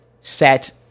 set